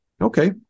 Okay